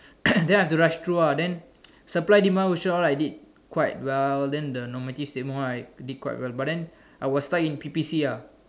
then I had to rush through lah then supply demand question all I did quite well then the normative statement all I did quite well but then I was stuck in P_P_C ah